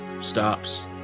stops